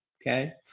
okay,